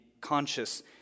conscious